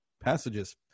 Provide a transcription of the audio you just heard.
passages